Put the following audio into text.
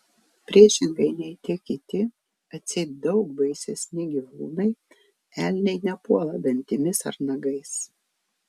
priešingai nei tie kiti atseit daug baisesni gyvūnai elniai nepuola dantimis ar nagais